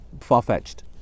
far-fetched